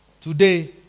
Today